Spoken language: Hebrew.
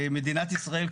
מדינת ישראל,